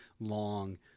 long